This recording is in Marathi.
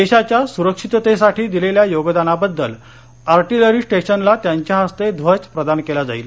देशाच्या सुरक्षिततेसाठी दिलेल्यायोगदानाबद्दल आर्टिलरी स्टेशनला त्यांच्या हस्ते ध्वज प्रदान केला जाईल